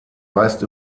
weist